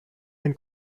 and